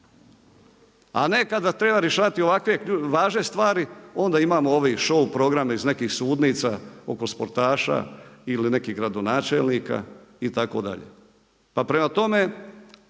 A ne kada treba rješavati ovakve važne stvari, onda imamo ovi šou programe iz nekih sudnica oko sportaša ili nekih gradonačelnika itd. Pa prema tome,